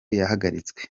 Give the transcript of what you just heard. yahagaritswe